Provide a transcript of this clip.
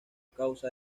causa